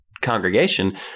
congregation